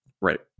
Right